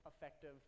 effective